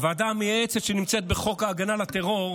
הוועדה המייעצת שנמצאת בחוק המאבק בטרור,